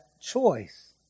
choice